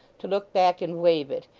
to look back and wave it,